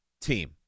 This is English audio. team